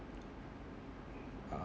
uh